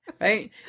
Right